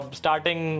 starting